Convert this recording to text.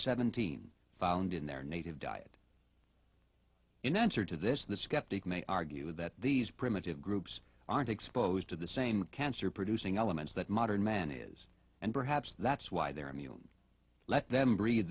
seventeen found in their native diet in answer to this the skeptic may argue that these primitive groups aren't exposed to the same cancer producing elements that modern man is and perhaps that's why they're immune let them brea